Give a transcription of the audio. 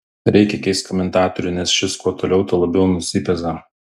reikia keist komentatorių nes šis kuo toliau tuo labiau nusipeza